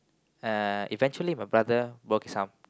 uh eventually my brother broke his arm